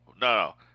no